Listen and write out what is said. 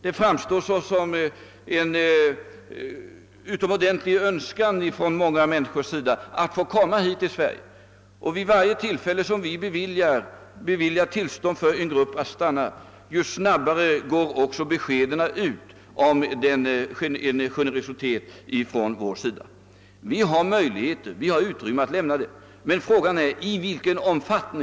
Det finns därför hos en mängd människor en utomordentligt stark önskan att få komma hit till Sverige, och vid varje tillfälle då vi beviljar tillstånd för en grupp att stanna här sprids beskeden om generositet från vår sida allt snabbare. Vi har utrymme för att lämna tillstånd åt sådana här grupper att stanna i vårt land.